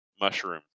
mushroom